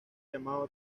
llamado